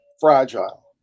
fragile